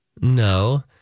No